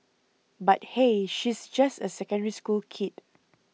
but hey she's just a Secondary School kid